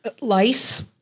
Lice